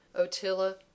Ottila